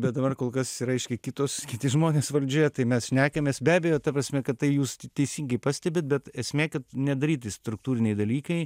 bet dabar kol kas reiškia kitos kiti žmonės valdžioje tai mes šnekamės be abejo ta prasme kad tai jūs teisingai pastebit bet esmė kad nedaryti struktūriniai dalykai